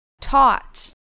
taught